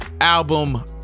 Album